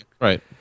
right